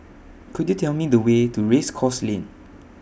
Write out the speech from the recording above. Could YOU Tell Me The Way to Race Course Lane